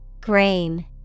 Grain